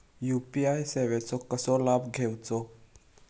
UPI सेवाचो कसो लाभ घेवचो?